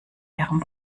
ihrem